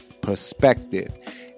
perspective